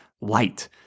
light